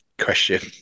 question